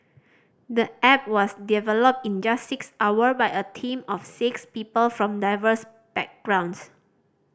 the app was developed in just six hour by a team of six people from diverse backgrounds